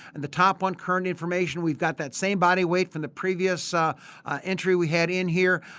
and the top one current information we got that same body weight from the previous ah entry we had in here.